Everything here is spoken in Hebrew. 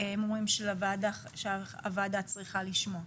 הם אומרים שהוועדה צריכה לשמוע.